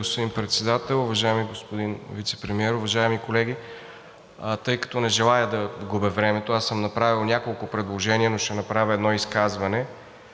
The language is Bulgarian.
господин Председател. Уважаеми господин Вицепремиер, уважаеми колеги! Тъй като не желая да губя времето, аз съм направил няколко предложения, но ще направя едно изказване.